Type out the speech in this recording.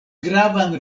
gravan